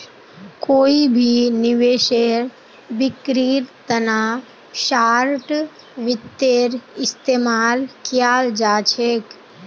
कोई भी निवेशेर बिक्रीर तना शार्ट वित्तेर इस्तेमाल कियाल जा छेक